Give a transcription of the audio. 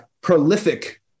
prolific